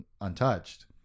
untouched